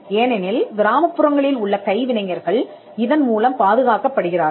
ஏனெனில் கிராமப்புறங்களில் உள்ள கைவினைஞர்கள் இதன்மூலம் பாதுகாக்கப்படுகிறார்கள்